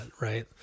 right